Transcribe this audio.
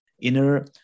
inner